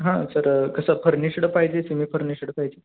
हां सर कसं फर्निशड पाहिजे सेमी फर्निशड पाहिजे